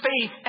faith